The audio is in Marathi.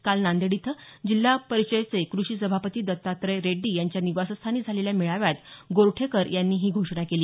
काल नांदेड इथं जिल्हा परिषदेचे कृषी सभापती दत्तात्रय रेड्डी यांच्या निवासस्थानी झालेल्या मेळाव्यात गोरठेकर यांनी ही घोषणा केली